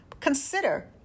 consider